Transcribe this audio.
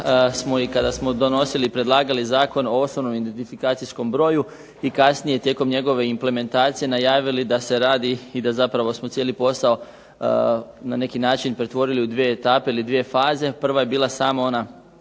kada smo donosili i predlagali Zakon o osobnom identifikacijskom broju, i kasnije tijekom njegove implementacije najavili da se radi, i da zapravo smo cijeli posao na neki način pretvorili u dvije etape ili dvije faze. Prva je bila samo ona